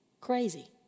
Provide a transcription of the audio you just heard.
Crazy